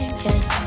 yes